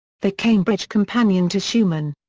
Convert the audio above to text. the cambridge companion to schumann.